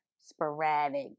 sporadic